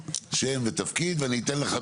שם ותפקיד ואני אתן לך,